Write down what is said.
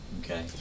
okay